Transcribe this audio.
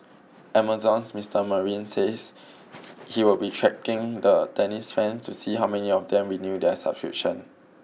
Amazon's Mister Marine says he will be tracking the tennis fan to see how many of them renew their subscription